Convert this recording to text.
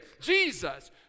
Jesus